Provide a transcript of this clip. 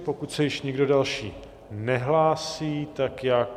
Pokud se již nikdo další nehlásí, tak já...